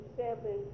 seven